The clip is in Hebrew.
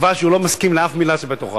תשובה שהוא לא מסכים לשום מלה בתוכה,